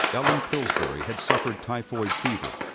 ellen pilsbury had suffered typhoid fever,